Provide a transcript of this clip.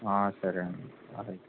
సరే అండి అలాగే